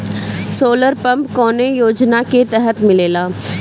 Solar pump कौने योजना के तहत मिलेला?